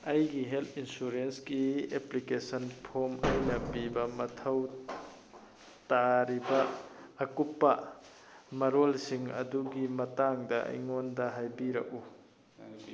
ꯑꯩꯒꯤ ꯍꯦꯜꯠ ꯏꯟꯁꯨꯔꯦꯟꯁꯀꯤ application form ꯑꯩꯅ ꯄꯤꯕ ꯃꯊꯧ ꯇꯥꯔꯤꯕ ꯑꯀꯨꯞꯄ ꯃꯔꯣꯜꯁꯤꯡ ꯑꯗꯨꯒꯤ ꯃꯇꯥꯡꯗ ꯑꯩꯉꯣꯟꯗ ꯍꯥꯏꯕꯤꯔꯛꯎ